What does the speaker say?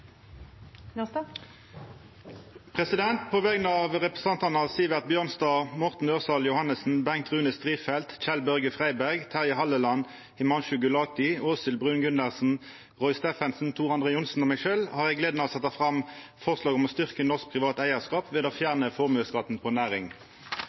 På vegner av representantane Sivert Bjørnstad, Morten Ørsal Johansen, Bengt Rune Strifeldt, Kjell-Børge Freiberg, Terje Halleland, Himanshu Gulati, Åshild Bruun-Gundersen, Roy Steffensen, Tor André Johnsen og meg sjølv har eg gleda av å setja fram forslag om å styrkja norsk privat eigarskap ved